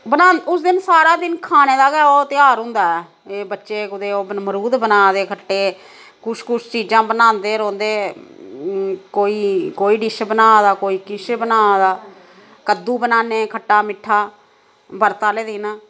बनांऽ उस दिन सारा दिन खाने दा गै ओह् ध्यार होंदा ऐ एह् बच्चे कुदै ओह् मरूद बना दे खट्टे कुछ कुछ चीजां बनांदे रौह्ंदे कोई कोई डिश बना दा कोई किश बना दा कद्दू बनाने खट्टा मिट्ठा बरत आह्ले दिन